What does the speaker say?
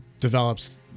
develops